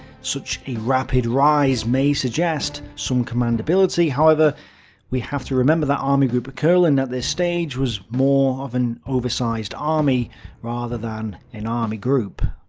such a rapid rise may suggest some command ability, however we have to remember that army group ah kurland at this stage was more of an oversized army rather than an army group.